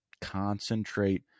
Concentrate